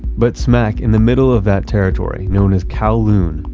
but smack in the middle of that territory, known as kowloon,